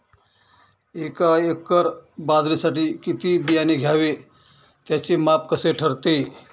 एका एकर बाजरीसाठी किती बियाणे घ्यावे? त्याचे माप कसे ठरते?